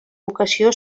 vocació